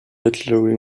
literally